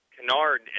Canard